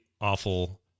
awful